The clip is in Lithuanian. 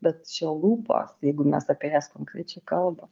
bet čia lūpos jeigu mes apie jas konkrečiai kalbam